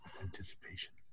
anticipation